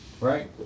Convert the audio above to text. right